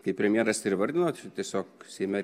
kaip premjeras ir įvardino tiesiog seime